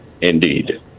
Indeed